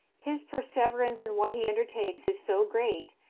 his perseverance in what he undertakes is so great,